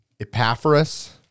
Epaphras